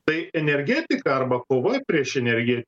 tai energetika arba kova prieš energiją